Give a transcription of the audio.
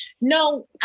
no